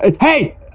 Hey